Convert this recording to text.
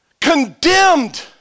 condemned